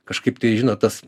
kažkaip tai žinot tas